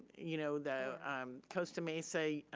you know, the um costa mesa, oh,